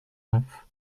neuf